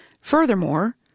Furthermore